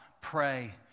pray